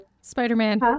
Spider-Man